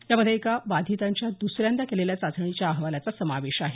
यामध्ये एका बाधितांच्या दुसऱ्यांदा केलेल्या चाचणी अहवालाचा समावेश आहे